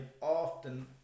often